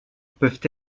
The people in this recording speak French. peuvent